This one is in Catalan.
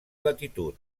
latitud